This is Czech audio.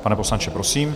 Pane poslanče, prosím.